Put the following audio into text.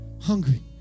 Hungry